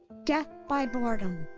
death by boredom.